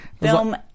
film